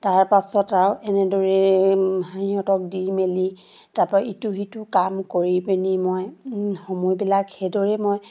তাৰ পাছত আৰু এনেদৰে সিহঁতক দি মেলি তাৰপৰা ইটো সিটো কাম কৰি পিনি মই সময়বিলাক সেইদৰে মই